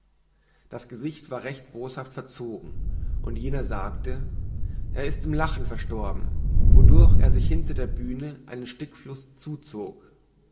das gesicht war recht boshaft verzogen und jener sagte er ist im lachen verstorben wodurch er sich hinter der bühne einen stickfluß zuzog